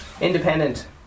Independent